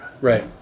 Right